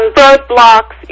roadblocks